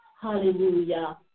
Hallelujah